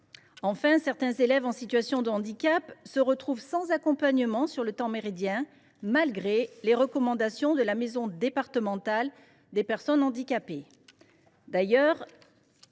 Enfin, certains élèves en situation de handicap se retrouvent sans accompagnement sur le temps méridien malgré les recommandations de la maison départementale des personnes handicapées.